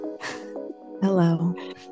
Hello